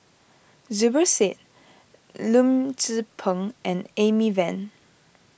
Zubir Said Lim Tze Peng and Amy Van